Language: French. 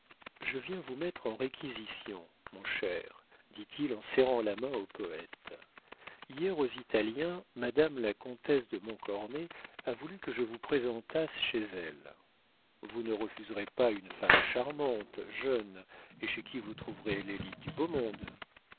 je viens vous mettre en réquisition mon cher dit-il en serrant la main au poète hier aux italiens madame la comtesse de montcornet a voulu que je vous présentasse chez elle vous ne refuserez pas une femme charmante jeune et chez qui vous trouverez l'élite du beau monde